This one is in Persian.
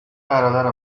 برادر